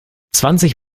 zwanzig